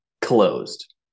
Closed